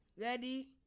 Ready